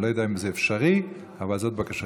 אני לא יודע אם זה אפשרי, אבל זאת בקשתי.